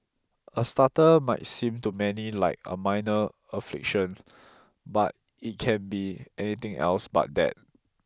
a stutter might seem to many like a minor affliction but it can be anything else but that